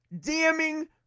damning